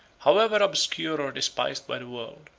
however obscure or despised by the world,